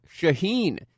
Shaheen